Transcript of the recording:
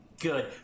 good